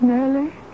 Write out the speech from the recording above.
Nellie